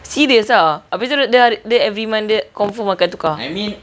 serious ah habis tu dia dia every month dia confirm akan tukar